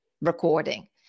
recording